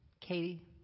Katie